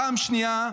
פעם שנייה,